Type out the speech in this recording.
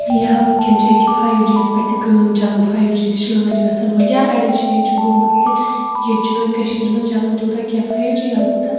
یا وٕنکیٚن چھےٚ أکیاہ فایو جیَس پٮ۪ٹھ تہِ کٲم چلان فایو جی تہِ چھُ أکیاہ لانچ گژھن وول یا اَڑٮ۪ن چھُ گوٚمُت تہِ ییٚتہِ چھُنہٕ وُنہِ کٔشیٖر منٛز چلان تیوٗتاہ کیٚنہہ فایو جی اَلبتہ